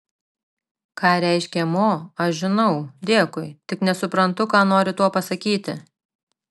ką reiškia mo aš žinau dėkui tik nesuprantu ką nori tuo pasakyti